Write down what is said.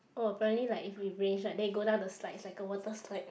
oh apparently like if it rains right then it go down the slides it's like a water slide